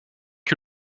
qui